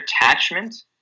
attachment